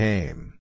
Came